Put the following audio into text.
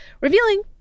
revealing